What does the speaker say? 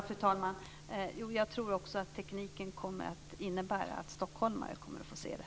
Fru talman! Jag tror att tekniken kommer att innebära att också stockholmare kommer att få se det.